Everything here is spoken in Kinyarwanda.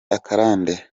akarande